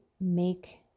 make